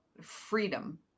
freedom